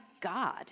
God